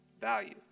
value